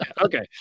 Okay